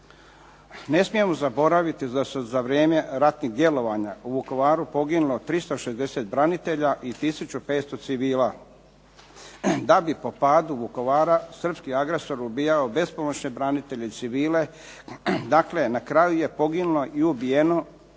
Ne smijemo zaboraviti da su za vrijeme ratnih djelovanja u Vukovaru poginulo 360 branitelja i tisuću 500 civila, da bi po padu Vukovara srpski agresor ubijao bespomoćne branitelje i civile. Dakle, na kraju je poginulo i ubijeno